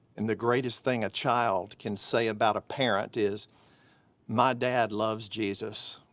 and the greatest thing a child can say about a parent is my dad loves jesus.